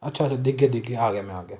ਅੱਛਾ ਜੀ ਦਿਖਗੇ ਦਿਖਗੇ ਆ ਗਿਆ ਮੈਂ ਆ ਗਿਆ